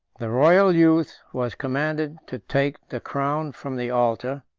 the royal youth was commanded to take the crown from the altar,